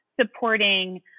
supporting